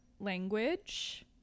language